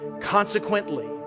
Consequently